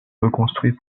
reconstruit